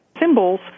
symbols